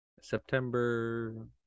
September